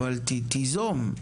אבל תיזום.